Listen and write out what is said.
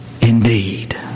indeed